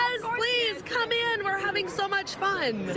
please, come in! we're having so much fun!